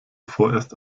vorerst